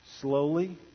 slowly